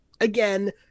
again